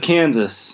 Kansas